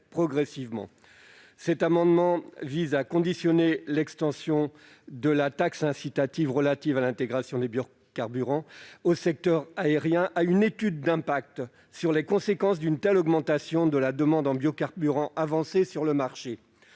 progressivement. Cet amendement vise à conditionner l'extension de la taxe incitative relative à l'incorporation de biocarburants au secteur aérien à une étude d'impact sur les conséquences de l'augmentation de la demande en biocarburants avancés sur ce marché.